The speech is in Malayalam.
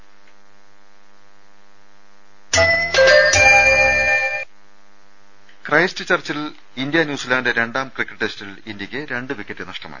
രുട്ട്ട്ട്ട്ട്ട്ട്ട ക്രൈസ്റ്റ് ചർച്ചിൽ ഇന്ത്യ ന്യൂസിലന്റ് രണ്ടാം ക്രിക്കറ്റ് ടെസ്റ്റിൽ ഇന്ത്യക്ക് രണ്ട് വിക്കറ്റ് നഷ്ടമായി